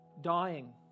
dying